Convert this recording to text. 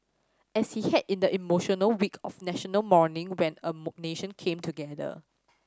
as he had in the emotional week of National Mourning when a nation came together